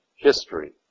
history